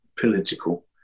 political